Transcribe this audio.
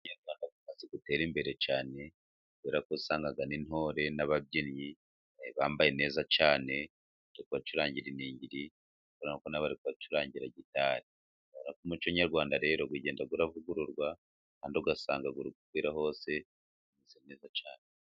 Umuco Nyarwanda umaze gutera imbere cyane, kubera ko usanga n'intore n'ababyinnyi bambaye neza cyane, kuko bari kubacurangira iningiri, kubera ko nabo bari kubacurangira gitari, umuco nyarwanda rero ugenda uravugururwa, kandi ugasanga ukwira hose bimeze neza cyane.